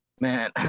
Man